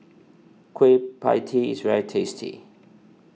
Kueh Pie Tee is very tasty